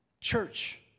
church